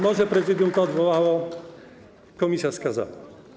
Może Prezydium to odwołało, komisja skazała.